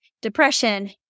depression